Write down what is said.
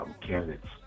candidates